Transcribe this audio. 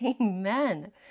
Amen